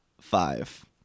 five